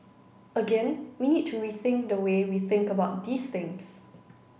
again we need to rethink the way we think about these things